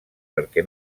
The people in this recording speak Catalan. perquè